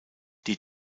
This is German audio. die